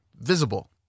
visible